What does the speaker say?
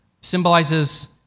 symbolizes